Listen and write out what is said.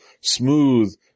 smooth